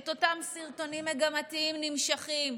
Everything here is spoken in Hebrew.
את אותם סרטונים מגמתיים נמשכים,